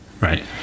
Right